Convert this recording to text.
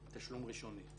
תשלום ראשוני.